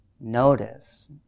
notice